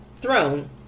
throne